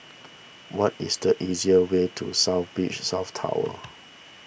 what is the easier way to South Beach South Tower